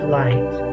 light